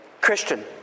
Christian